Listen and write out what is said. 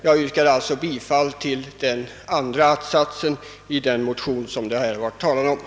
Jag yrkar därför bifall till andra att-satsen i de likalydande motionerna I: 775 och II: 969.